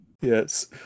yes